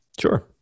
Sure